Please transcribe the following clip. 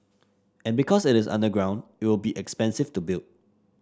and because it is underground it will be expensive to build